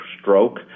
stroke